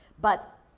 but,